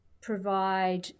provide